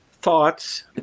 thoughts